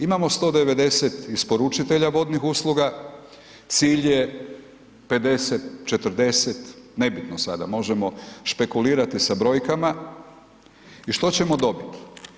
Imao 190 isporučitelja vodnih usluga, cilj je 50, 40 nebitno sada, možemo špekulirati sa brojkama i što ćemo dobiti?